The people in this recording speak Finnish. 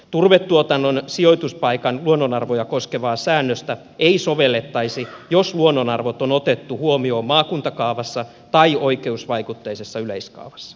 turvetuotannon sijoituspaikan luonnonarvoja koskevaa säännöstä ei sovellettaisi jos luonnonarvot on otettu huomioon maakuntakaavassa tai oikeusvaikutteisessa yleiskaavassa